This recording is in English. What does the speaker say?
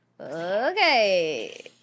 Okay